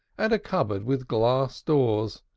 and a cupboard with glass doors,